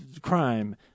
crime